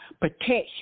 protection